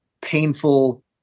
painful